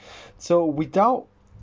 so without